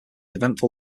eventful